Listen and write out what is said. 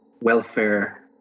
welfare